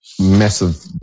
massive